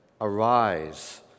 Arise